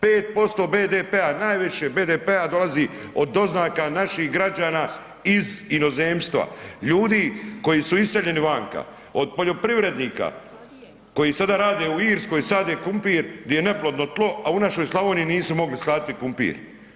5% BDP-a najviše BDP-a dolazi od doznaka naših građana iz inozemstva, ljudi koji su iseljeni vanka, od poljoprivrednika koji sada rade u Irskoj, sade krumpir gdje je neplodno tlo, a u našoj Slavoniji nisu mogli saditi kumpir.